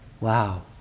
wow